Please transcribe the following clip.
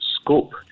scope